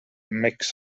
mix